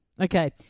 Okay